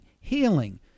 healing